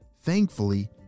Thankfully